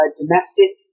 domestic